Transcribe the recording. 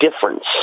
difference